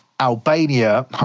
Albania